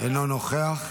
אינו נוכח.